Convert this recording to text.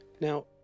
Now